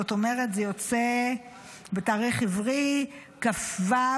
זאת אומרת זה יוצא בתאריך העברי כ"ו